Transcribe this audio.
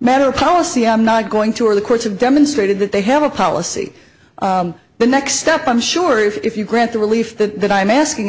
matter of policy i'm not going to or the courts have demonstrated that they have a policy the next step i'm sure if you grant the relief that that i'm asking